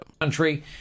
country